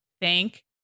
thank